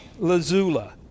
lazula